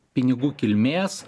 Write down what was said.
pinigų kilmės